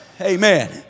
Amen